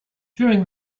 during